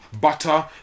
butter